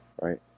Right